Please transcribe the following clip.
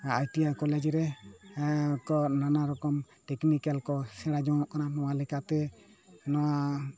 I T I college ᱨᱮ ᱠᱚ ᱱᱟᱱᱟ ᱨᱚᱠᱚᱢ ᱴᱮᱠᱱᱤᱠᱮᱞ ᱠᱚ ᱥᱮᱬᱟ ᱡᱚᱝᱚᱜ ᱠᱟᱱᱟ ᱱᱚᱣᱟ ᱞᱮᱠᱟᱛᱮ ᱱᱚᱣᱟ